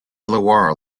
illawarra